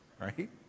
right